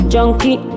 Junkie